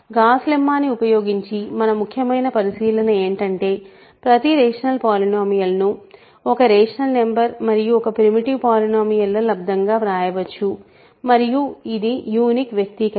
gas lemma ని ఉపయోగించి మన ముఖ్యమైన పరిశీలన ఏంటంటే ప్రతి రేషనల్ పాలినోమియల్ ను ఒక రేషనల్ నంబర్ మరియు ఒక ప్రిమిటివ్ పాలినోమియల్ ల లబ్దం గా వ్రాయవచ్చు మరియు ఈ యునీక్ వ్యక్తీకరణ